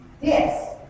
Yes